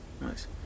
Nice